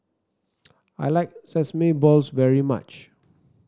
I like Sesame Balls very much